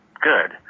good